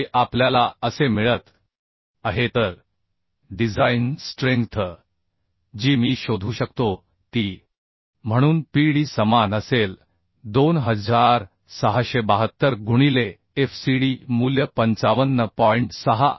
जे आपल्याला असे मिळत आहे तर डिझाइन स्ट्रेंग्थ जी मी शोधू शकतो ती eम्हणून Pd समान असेल 2672 गुणिले FCD मूल्य 55